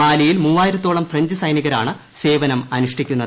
മാലിയിൽ മൂവായിരത്തോളം ഫ്രഞ്ച് സൈനികരാണ് സേവനം അനുഷ്ഠിക്കുന്നത്